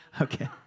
Okay